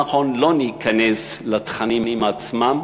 נכון, לא ניכנס לתכנים עצמם